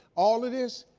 all of this?